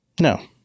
No